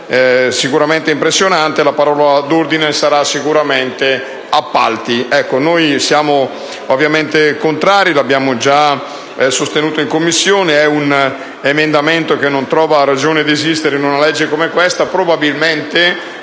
sicuramente impressionante. La parola d'ordine sarà sicuramente: appalti. Noi siamo ovviamente contrari, come abbiamo già sostenuto in Commissione. È un emendamento che non trova ragione di esistere in una legge come questa.